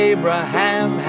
Abraham